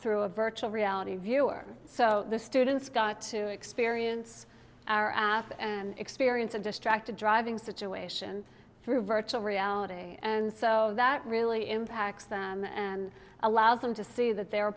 through a virtual reality viewer so the students got to experience an experience of distracted driving situation through virtual reality and so that really impacts them and allows them to see that they are